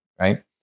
right